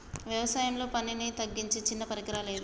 వ్యవసాయంలో పనిని తగ్గించే చిన్న పరికరాలు ఏవి?